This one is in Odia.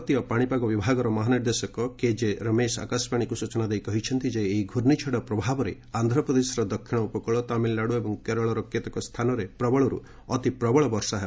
ଭାରତୀୟ ପାଣିପାଗ ବିଭାଗର ମହାନିର୍ଦ୍ଦେଶକ କେଜେ ରମେଶ ଆକାଶବାଣୀକୁ ସୂଚନା ଦେଇ କହିଛନ୍ତି ଯେ ଏହି ଘୂର୍ଣ୍ଣିଝଡ଼ ପ୍ରଭାବରେ ଆନ୍ଧ୍ରପ୍ରଦେଶର ଦକ୍ଷିଣ ଉପକୂଳ ତାମିଲନାଡ଼ୁ ଏବଂ କେରଳର କେତେକ ସ୍ଥାନରେ ପ୍ରବଳରୁ ଅତିପ୍ରବଳ ବର୍ଷା ହେବ